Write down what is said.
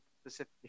specifically